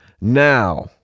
now